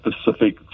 specific